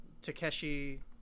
Takeshi